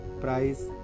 price